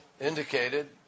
indicated